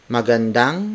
Magandang